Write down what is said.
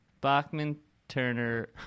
Bachman-Turner